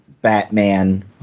Batman